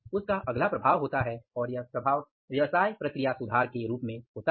उसका अगला प्रभाव होता है और यह प्रभाव व्यवसाय प्रक्रिया सुधार के रूप में होता है